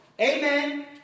Amen